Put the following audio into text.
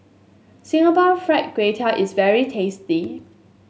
Singapore Fried Kway Tiao is very tasty